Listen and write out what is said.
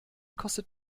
kostet